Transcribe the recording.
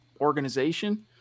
organization